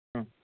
ಹ್ಞೂ